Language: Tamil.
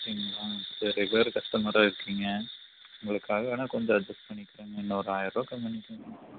சரிங்களா இப்போ ரெகுலர் கஸ்டமராக இருக்கிறீங்க உங்களுக்காக வேணால் கொஞ்சம் அட்ஜஸ் பண்ணிக்கிறேங்க இன்னொரு ஆயர ரூபா கம்மி பண்ணிக்கிறேன்